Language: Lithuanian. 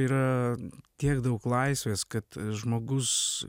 yra tiek daug laisvės kad žmogus